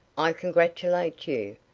i congratulate you.